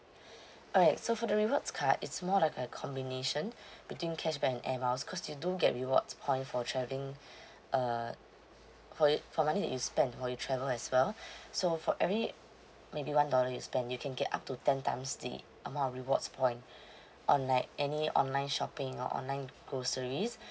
alright so for the rewards card it's more like a combination between cashback and air miles cause you don't get rewards point for travelling uh for it for money that you spend for your travel as well so for every maybe one dollar you spend you can get up to ten times the amount of rewards point on like any online shopping or online groceries